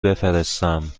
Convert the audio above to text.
بفرستم